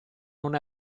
non